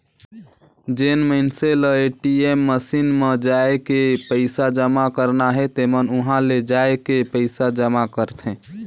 जेन मइनसे ल ए.टी.एम मसीन म जायके पइसा जमा करना हे तेमन उंहा ले जायके पइसा जमा करथे